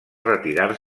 retirar